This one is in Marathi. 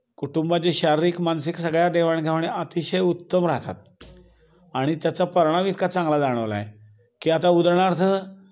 कुटुंबाचे शारीरिक मानसिक सगळ्या देवाणघेवाण अतिशय उत्तम राहतात आणि त्याचा परिणाम इतका चांगला जाणवला आहे की आता उदाहरणार्थ